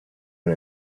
one